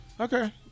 Okay